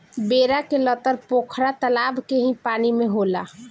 बेरा के लतर पोखरा तलाब के ही पानी में होला